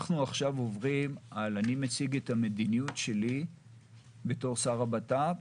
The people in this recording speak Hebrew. אני מציג את המדיניות שלי בתור שר הבט"פ.